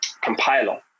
compiler